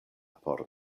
por